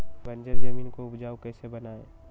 बंजर जमीन को उपजाऊ कैसे बनाय?